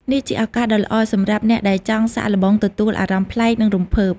នេះជាឱកាសដ៏ល្អសម្រាប់អ្នកដែលចង់សាកល្បងទទួលអារម្មណ៍ប្លែក និងរំភើប។